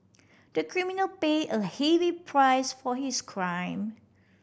the criminal paid a heavy price for his crime